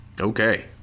Okay